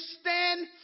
stand